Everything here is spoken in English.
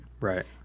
Right